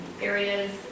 areas